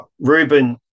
Ruben